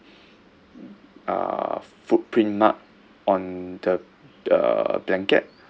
uh footprint mark on the uh blanket